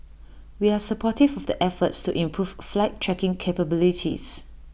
we are supportive of the efforts to improve flight tracking capabilities